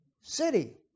city